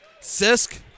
Sisk